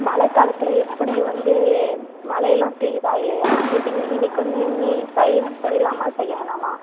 மழைக்காலத்துல எப்படி வந்து மழைலாம் பெய்யுதா இல்லையா இப்போ இன் இன்றைக்கி வந்து நீ பயிர் செய்யலாமா செய்ய வேணாமா